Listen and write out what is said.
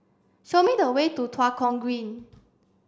show me the way to Tua Kong Green